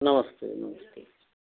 नमस्ते नमस्ते